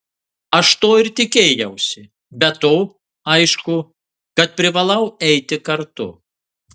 aš to ir tikėjausi be to aišku kad privalau eiti kartu